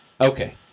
Okay